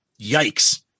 yikes